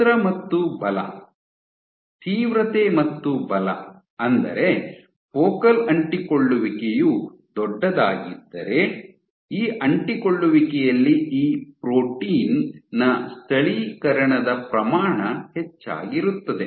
ಗಾತ್ರ ಮತ್ತು ಬಲ ತೀವ್ರತೆ ಮತ್ತು ಬಲ ಅಂದರೆ ಫೋಕಲ್ ಅಂಟಿಕೊಳ್ಳುವಿಕೆಯು ದೊಡ್ಡದಾಗಿದ್ದರೆ ಈ ಅಂಟಿಕೊಳ್ಳುವಿಕೆಯಲ್ಲಿ ಆ ಪ್ರೋಟೀನ್ ನ ಸ್ಥಳೀಕರಣದ ಪ್ರಮಾಣ ಹೆಚ್ಚಾಗಿರುತ್ತದೆ